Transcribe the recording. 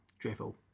Drivel